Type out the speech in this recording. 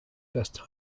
best